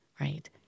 right